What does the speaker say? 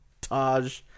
Taj